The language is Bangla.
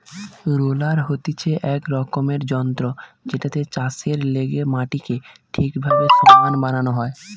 রোলার হতিছে এক রকমের যন্ত্র জেটাতে চাষের লেগে মাটিকে ঠিকভাবে সমান বানানো হয়